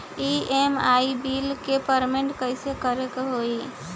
EMI bill के payment कइसे करे के होई?